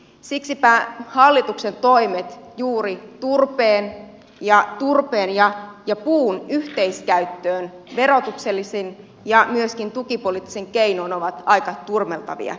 siksipä hallituksen toimet juuri turpeen käyttöön ja turpeen ja puun yhteiskäyttöön verotuksellisin ja myöskin tukipoliittisin keinoin ovat aika turmeltavia